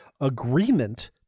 agreement